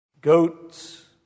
goats